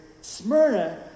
Smyrna